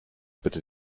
bitte